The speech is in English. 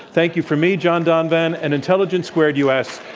thank you from me, john donvan, and intelligence squared, u. s.